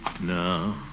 No